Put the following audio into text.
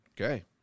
Okay